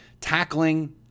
tackling